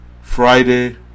Friday